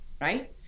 right